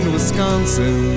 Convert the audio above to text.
Wisconsin